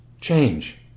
change